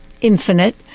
infinite